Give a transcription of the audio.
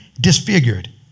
disfigured